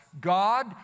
God